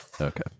Okay